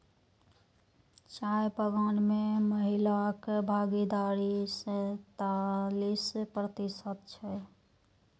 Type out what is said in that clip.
चाय बगान मे महिलाक भागीदारी सैंतालिस प्रतिशत छै